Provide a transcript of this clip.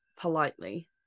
politely